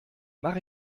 mach